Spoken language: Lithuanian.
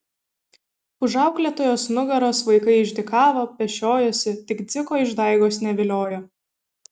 už auklėtojos nugaros vaikai išdykavo pešiojosi tik dziko išdaigos neviliojo